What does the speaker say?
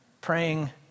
praying